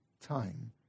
time